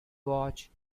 watch